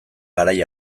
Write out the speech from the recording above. garai